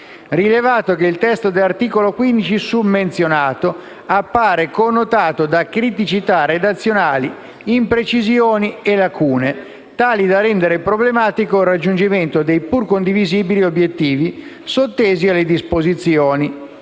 «rilevato che il testo dell'articolo 15 summenzionato appare connotato da criticità redazionali, imprecisioni e lacune tali da rendere problematico il raggiungimento dei pur condivisibili obiettivi sottesi alle disposizioni